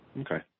Okay